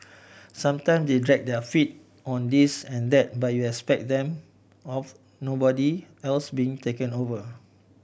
sometime they drag their feet on this and that but you expect them of nobody else being taken over